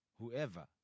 Whoever